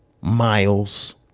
Miles